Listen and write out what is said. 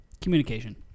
Communication